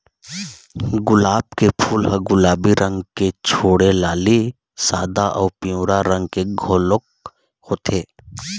गुलाब के फूल ह गुलाबी रंग के छोड़े लाली, सादा अउ पिंवरा रंग के घलोक होथे